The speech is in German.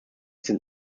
sind